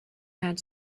had